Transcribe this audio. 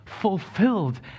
fulfilled